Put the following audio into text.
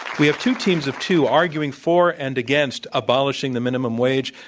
we have two teams of two arguing for and against abolishing the minimum wage.